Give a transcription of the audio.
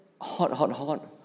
hot-hot-hot